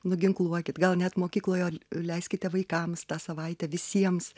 nuginkluokit gal net mokykloje leiskite vaikams tą savaitę visiems